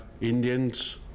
Indians